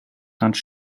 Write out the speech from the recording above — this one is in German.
ganz